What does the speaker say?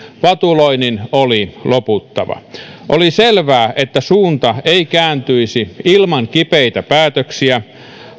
vatuloinnin oli loputtava oli selvää että suunta ei kääntyisi ilman kipeitä päätöksiä